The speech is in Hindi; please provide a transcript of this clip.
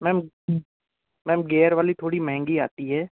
मैंम मैंम गेयर वाली थोड़ी महंगी आती है